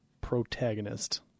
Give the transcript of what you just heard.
protagonist